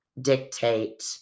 dictate